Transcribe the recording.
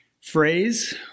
phrase